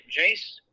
Jace